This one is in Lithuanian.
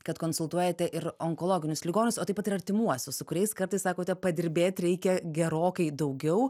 kad konsultuojate ir onkologinius ligonius o taip pat ir artimuosius su kuriais kartais sakote padirbėt reikia gerokai daugiau